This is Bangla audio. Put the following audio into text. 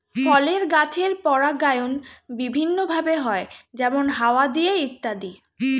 ফলের গাছের পরাগায়ন বিভিন্ন ভাবে হয়, যেমন হাওয়া দিয়ে ইত্যাদি